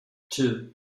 two